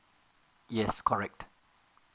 yes correct